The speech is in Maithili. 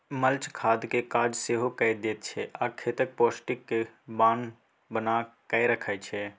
मल्च खादक काज सेहो कए दैत छै आ खेतक पौष्टिक केँ बना कय राखय छै